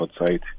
outside